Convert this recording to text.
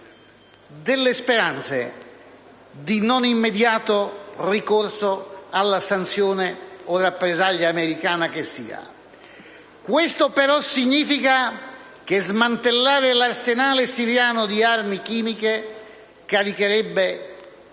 delle prospettive di non immediato ricorso alla sanzione o rappresaglia americana che sia. Questo però significa che smantellare l'arsenale siriano di armi chimiche farebbe